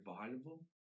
valuable